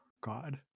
god